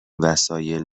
وسایل